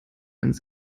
ins